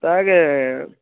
তাকে